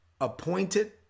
appointed